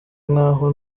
nk’aho